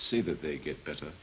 see that they get better